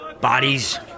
Bodies